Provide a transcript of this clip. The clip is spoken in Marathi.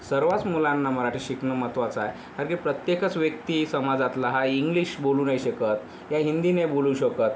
सर्वच मुलांना मराठी शिकणं महत्वाचं आहे कारण की प्रत्येकच व्यक्ती समाजातला हा इंग्लिश बोलू नाही शकत या हिंदी नाही बोलू शकत